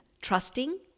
Trusting